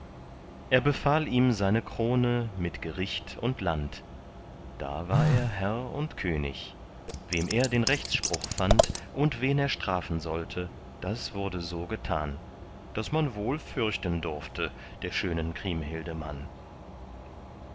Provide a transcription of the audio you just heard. er befahl ihm seine krone mit gericht und land da war er herr und könig wem er den rechtsspruch fand und wen er strafen sollte das wurde so getan daß man wohl fürchten durfte der schönen kriemhilde mann